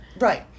Right